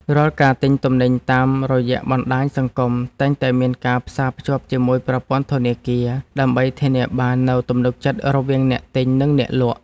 រាល់ការទិញទំនិញតាមរយៈបណ្តាញសង្គមតែងតែមានការផ្សារភ្ជាប់ជាមួយប្រព័ន្ធធនាគារ ដើម្បីធានាបាននូវទំនុកចិត្តរវាងអ្នកទិញនិងអ្នកលក់។